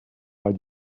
pas